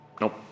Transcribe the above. nope